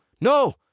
No